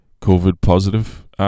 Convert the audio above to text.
COVID-positive